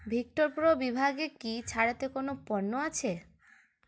Victor পুরো বিভাগে কি ছাড়াতে কোনো পণ্য আছে